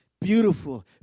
beautiful